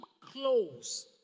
close